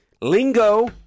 Lingo